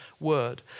word